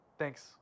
thanks